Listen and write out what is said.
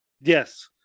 yes